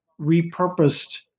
repurposed